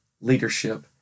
leadership